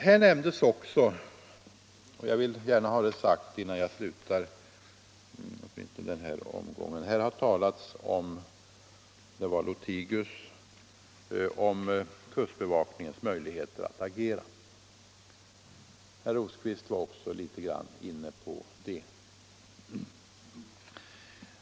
Herr Lothigius talade om kustbevakningens möjligheter att agera. Herr Rosqvist var också inne på detta.